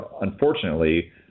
unfortunately